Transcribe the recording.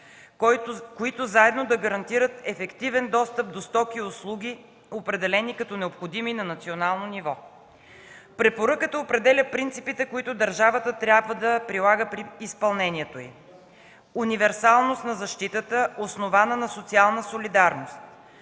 които заедно да гарантират ефективен достъп до стоки и услуги, определени като необходими на национално ниво. Препоръката определя принципите, които държавата трябва да прилага при изпълнението й: - универсалност на защитата, основана на социална солидарност;